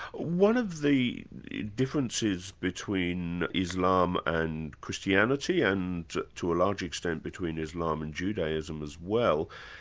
one of the differences between islam and christianity and to a large extent between islam and judaism as well,